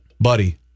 buddy